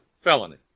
Felony